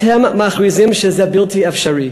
אתם מכריזים שזה בלתי אפשרי.